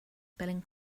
spelling